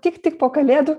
tik tik po kalėdų